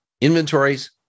inventories